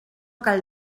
cal